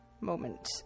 moment